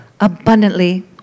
abundantly